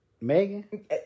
Megan